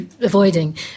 avoiding